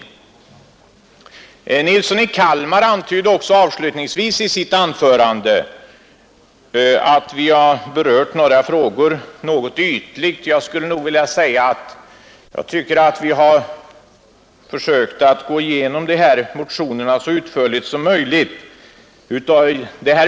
Herr Nilsson i Kalmar antydde avslutningsvis i sitt anförande att utskottet har berört en del frågor något ytligt. Jag tycker att vi har försökt gå igenom de här motionerna så utförligt som möjligt.